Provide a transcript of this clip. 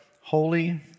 Holy